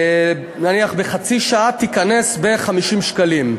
נניח בחצי שעה, תיקנס ב-50 שקלים.